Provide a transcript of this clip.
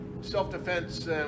self-defense